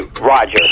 Roger